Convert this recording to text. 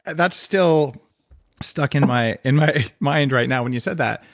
and that's still stuck in my in my mind right now when you said that,